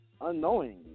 unknowingly